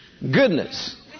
Goodness